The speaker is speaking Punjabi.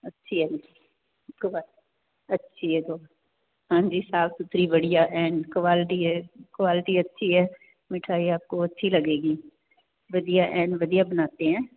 ਅੱਛੀ ਹੈ ਅੱਠੀ ਹੈ ਹਾਂਜੀ ਸਾਫ ਸੁਥਰੀ ਵੜੀਆ ਐਂਡ ਕੁਆਲਟੀ ਹੈ ਕੁਆਲਿਟੀ ਅੱਛੀ ਹੈ ਮਿਠਾਈ ਆਪਕੋ ਅੱਛੀ ਲਗੇਗੀ ਵਧੀਆ ਐਨ ਵਧੀਆ ਬਣਾਤੇ ਹੈ